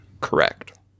correct